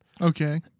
Okay